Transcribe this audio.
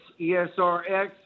ESRX